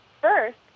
first